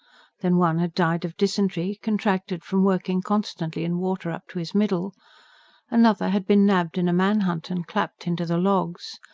then, one had died of dysentery, contracted from working constantly in water up to his middle another had been nabbed in a manhunt and clapped into the logs.